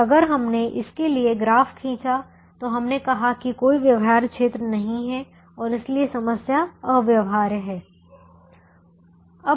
और अगर हमने इसके लिए ग्राफ खींचा तो हमने कहा कि कोई व्यवहार्य क्षेत्र नहीं है और इसलिए समस्या अव्यवहार्य है